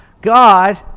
God